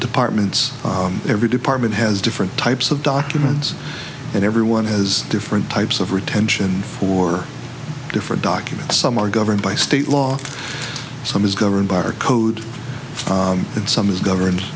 department's every department has different types of documents and everyone has different types of retention for different documents some are governed by state law some is governed by our code and some is govern